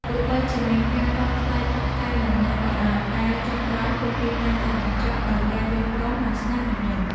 ទោះបីជាមានការតថ្លៃតឹងតែងយ៉ាងណាក៏ដោយតែចុងក្រោយពួកគេតែងតែបញ្ចប់ដោយការយល់ព្រម និងស្នាមញញឹម។